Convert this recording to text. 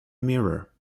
mirror